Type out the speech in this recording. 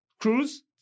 Cruise